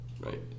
right